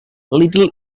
little